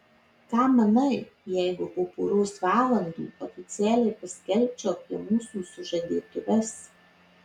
ką manai jeigu po poros valandų oficialiai paskelbčiau apie mūsų sužadėtuves